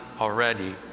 already